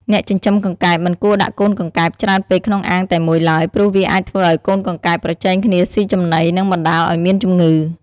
អ្នកចិញ្ចឹមកង្កែបមិនគួរដាក់កូនកង្កែបច្រើនពេកក្នុងអាងតែមួយឡើយ ព្រោះវាអាចធ្វើឲ្យកូនកង្កែបប្រជែងគ្នាសុីចំណី និងបណ្តាលឲ្យមានជំងឺ។